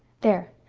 there,